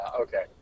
okay